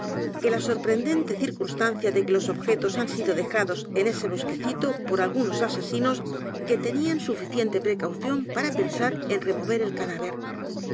e la sorprendente circunstancia de que los objetos han sido dejados en ese bosquecito por algunos asesinos que tenían suficiente precaución para pensar en remover el cadáver